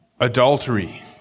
adultery